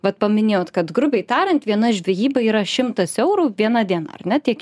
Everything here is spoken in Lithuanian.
vat paminėjot kad grubiai tariant viena žvejyba yra šimtas eurų vienądien ar ne tiek